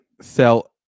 sell